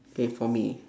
K for me